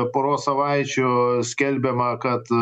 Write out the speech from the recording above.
poros savaičių skelbiama kad